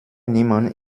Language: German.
niemand